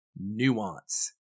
nuance